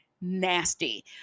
nasty